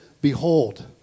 Behold